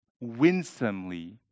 winsomely